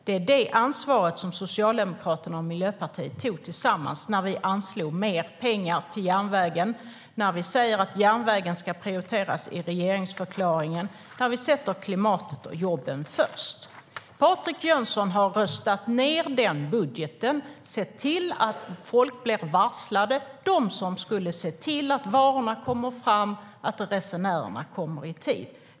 Det var det ansvaret som Socialdemokraterna och Miljöpartiet tog tillsammans när vi anslog mer pengar till järnvägen och när vi sa i regeringsförklaringen att järnvägen ska prioriteras. Vi sätter klimatet och jobben först. Patrik Jönsson har röstat ned den budgeten och sett till att de blir varslade som skulle se till att varorna kommer fram och att resenärerna kommer i tid.